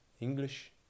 English